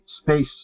space